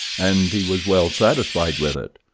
and he was well satisfied with it.